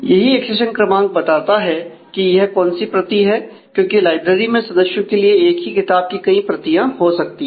यही एक्सेशन क्रमांक बताता है कि यह कौन सी प्रति है क्योंकि लाइब्रेरी में सदस्यों के लिए एक ही किताब की कई प्रतियां हो सकती है